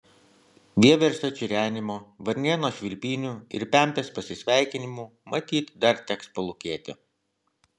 vieversio čirenimo varnėno švilpynių ir pempės pasisveikinimų matyt dar teks palūkėti